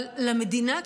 אבל למדינה כמדינה,